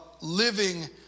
living